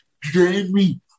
Jamie